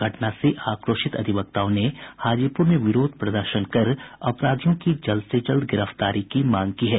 घटना से आक्रोशित अधिवक्ताओं ने हाजीपुर में विरोध प्रदर्शन कर अपराधियों की जल्द से जल्द गिरफ्तारी की मांग की है